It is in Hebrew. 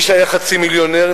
מי שהיה חצי מיליונר,